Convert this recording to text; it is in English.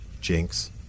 Jinx